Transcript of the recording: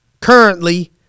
currently